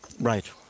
Right